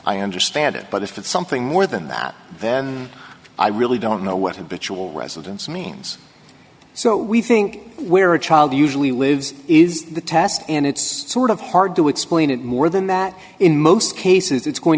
i understand it but if it's something more than that then i really don't know what a bitch will residence means so we think where a child usually lives is the test and it's sort of hard to explain it more than that in most cases it's going